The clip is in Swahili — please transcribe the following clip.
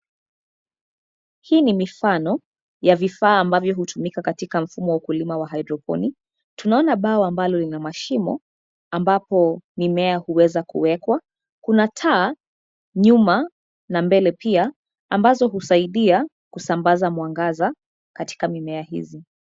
Hii ni mifano ya vifaa ambavyo hutumika katika mfumo wa ukulima wa (cs)hydroponic(cs). Tunaona bao ambalo lina mashimo ambapo mimea huweza kuwekwa. Kuna taa nyuma na mbele pia ambazo husaidia kusambaza mwangaza katika mimea hizi.